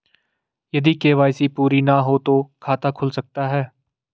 यदि के.वाई.सी पूरी ना हो तो खाता खुल सकता है?